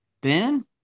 Ben